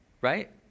right